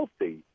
healthy